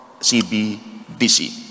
CBDC